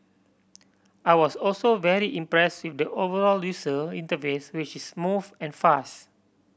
I was also very impress with the overall user interface which is smooth and fast